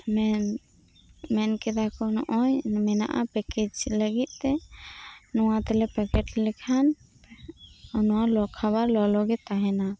ᱢᱮᱱ ᱢᱮᱱ ᱠᱮᱫᱟ ᱠᱚ ᱱᱚᱜᱼᱚᱭ ᱢᱮᱱᱟᱜᱼᱟ ᱯᱮᱠᱮᱡᱽ ᱞᱟᱜᱤᱫ ᱛᱮ ᱱᱚᱣᱟ ᱛᱮᱞᱮ ᱯᱮᱠᱮᱴ ᱞᱮᱠᱷᱟᱱ ᱱᱚᱣᱟ ᱠᱷᱟᱵᱟᱨ ᱞᱚᱞᱚ ᱜᱮ ᱛᱟᱦᱮᱱᱟ